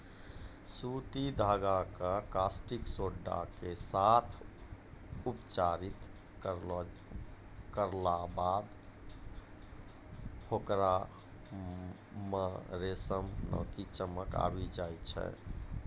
सूती धागा कॅ कास्टिक सोडा के साथॅ उपचारित करला बाद होकरा मॅ रेशम नाकी चमक आबी जाय छै